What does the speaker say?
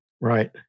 Right